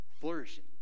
flourishing